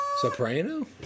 Soprano